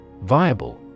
Viable